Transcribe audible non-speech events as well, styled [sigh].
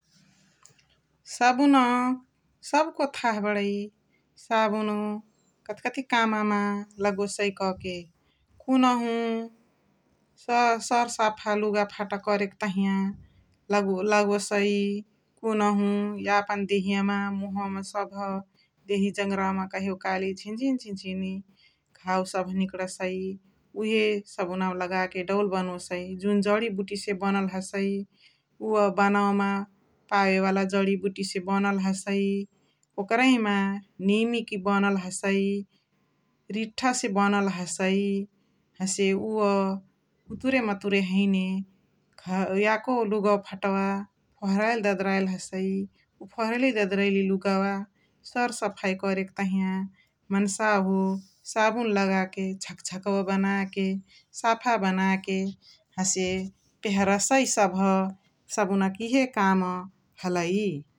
साबुन सबको थाह बणइ साबुन कथी कथी काम मा लगोसइ कहाँके । कुनुहु सरसाफा लुगा फाता करके तहिया लगोसइ । कुनुहु यापन दहियामा, मुहावामा सबह । देहिया जङरावम कहियो काली झिन झिन घाउ सबह निकणसइ । उहे सबुनावा लगाके डौल बनोसइ जुन जणिबुटिसे बनल हसइ उअ बनवमा पावे वाला जणिबुटिसे बनल हसइ । ओकरहिमा निमिक बनल हसइ, रिठ्ठा से बनल हसइ । हसे उअ उतुरे मतुरे हैने [unintelligible] याको याको लुगवा फटवा फोहराइली ददराइली हसइ । य फोहराइली ददराइली लुगवा सरसफाइ करके तहिया मन्सावहाँ साबुन लगाके झक झकौवा बनके, साफा बनाके हसे पेहरसइ सबह । सबुनक इहे काम हलइ ।